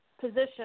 position